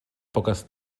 poques